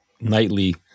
nightly